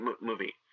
movie